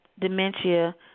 dementia